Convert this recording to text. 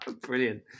Brilliant